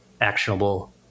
actionable